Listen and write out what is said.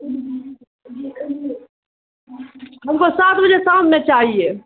ہم کو سات بجے شام میں چاہیے